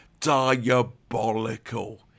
Diabolical